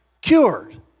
cured